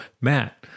Matt